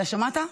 אתה שמעת?